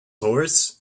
horse